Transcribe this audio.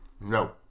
No